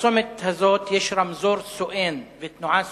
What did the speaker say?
ובצומת הזה יש רמזור סואן ותנועה סואנת.